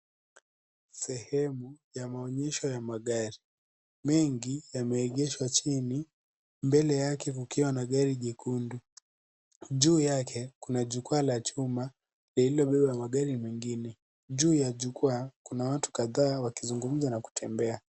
Sehemu ya maonyesho ya magari mengi yameegeshwa chini mbele yake kukiwa na gari jekundu, juu yake kuna jukwaa la chuma lililobeba magari mengine, juu ya jukwaa kuna watu kadhaa wakizungumza na kutembea.